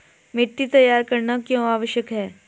मिट्टी तैयार करना क्यों आवश्यक है?